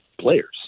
players